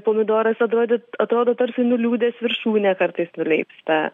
pomidoras atrodyt atrodo tarsi nuliūdęs viršūnė kartais nuleipsta